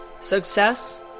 success